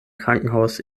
krankenhaus